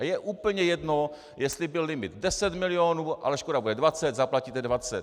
A je úplně jedno jestli byl limit deset milionů, ale škoda bude dvacet, zaplatíte dvacet.